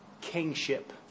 kingship